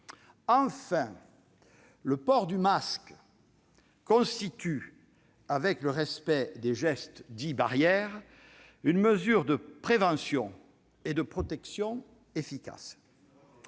enfin, le port du masque constitue, avec le respect des gestes dits « barrières », une mesure de prévention et de protection efficace.